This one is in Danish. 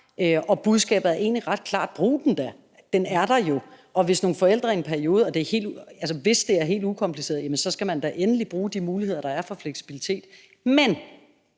og budskabet er egentlig ret klart: Brug den da, den er der jo! Og hvis det er helt ukompliceret, så skal man da endelig bruge de muligheder for fleksibilitet, der